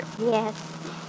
Yes